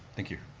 thank you.